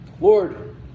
lord